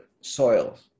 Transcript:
soils